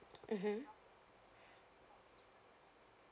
mmhmm